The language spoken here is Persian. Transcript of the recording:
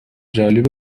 جالب